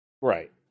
right